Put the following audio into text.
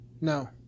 No